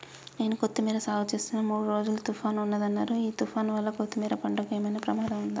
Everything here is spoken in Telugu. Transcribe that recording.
నేను కొత్తిమీర సాగుచేస్తున్న మూడు రోజులు తుఫాన్ ఉందన్నరు ఈ తుఫాన్ వల్ల కొత్తిమీర పంటకు ఏమైనా ప్రమాదం ఉందా?